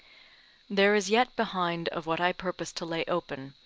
there is yet behind of what i purposed to lay open,